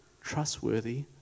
trustworthy